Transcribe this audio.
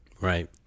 Right